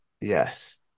Yes